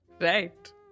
Right